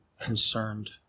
concerned